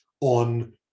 on